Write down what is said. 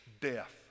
death